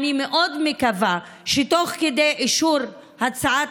אני מאוד מקווה שתוך כדי אישור הצעת